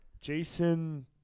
Jason